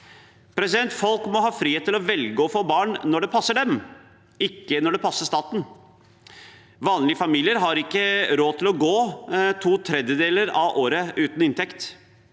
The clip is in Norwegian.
Folk må ha frihet til å velge å få barn når det passer dem, ikke når det passer staten. Vanlige familier har ikke råd til å gå to tredjedeler av året uten inntekt.